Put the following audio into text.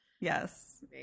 yes